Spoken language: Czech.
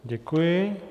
Děkuji.